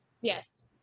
Yes